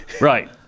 right